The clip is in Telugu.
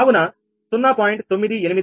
కావున 0